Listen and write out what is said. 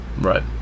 Right